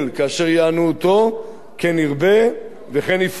כאשר יענו אותו כן ירבה וכן יפרוץ.